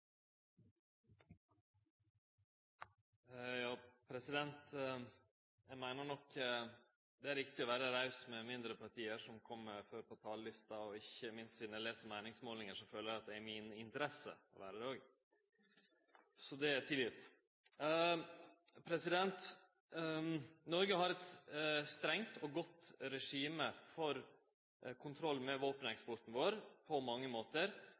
å vere raus overfor mindre parti som kjem før på talarlista. Ikkje minst sidan eg les meiningsmålingar, føler eg at det er i mi interesse å vere det òg! Så det er tilgitt. Noreg har eit strengt og godt regime for kontroll med våpeneksporten vår på mange måtar.